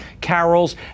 carols